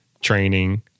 training